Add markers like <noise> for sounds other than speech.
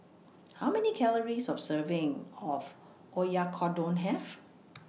How Many Calories of A Serving of Oyakodon Have <noise>